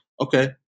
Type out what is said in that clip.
okay